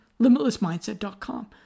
limitlessmindset.com